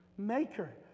maker